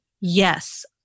yes